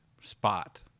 spot